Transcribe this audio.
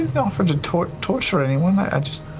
yeah offer to torture torture anyone. i just,